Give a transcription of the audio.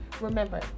Remember